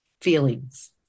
feelings